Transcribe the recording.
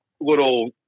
little